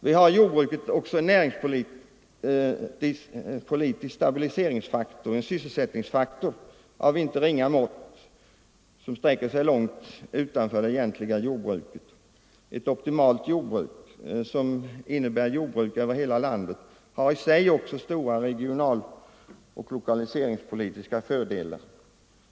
Vi har i jordbruket en näringspolitisk stabiliseringsfaktor, en sysselsättningsfaktor av inte ringa mått som sträcker sig långt utanför det egentliga jordbruket. Ett optimalt jordbruk, som innebär jordbruk över hela landet, har i sig också stora regionaloch lokaliseringspolitiska fördelar.